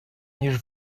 ніж